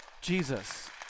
Jesus